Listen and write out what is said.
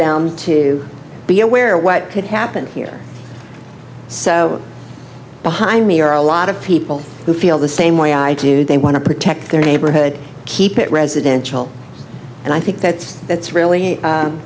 ask to be aware what could happen here so behind me are a lot of people who feel the same way i do they want to protect their neighborhood keep it residential and i think that it's really